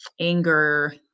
anger